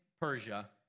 Persia